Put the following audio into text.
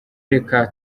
reka